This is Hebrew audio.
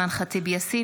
אימאן ח'טיב יאסין,